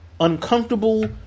Uncomfortable